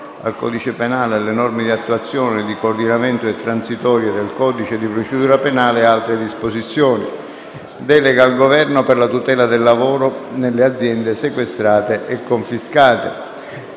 al codice penale e alle norme di attuazione, di coordinamento e transitorie del codice di procedura penale e altre disposizioni. Delega al Governo per la tutela del lavoro nelle aziende sequestrate e confiscate***